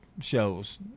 shows